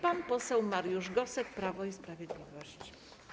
Pan poseł Mariusz Gosek, Prawo i Sprawiedliwość.